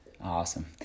Awesome